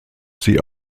sie